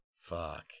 Fuck